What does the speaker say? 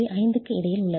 5 க்கு இடையில் உள்ளது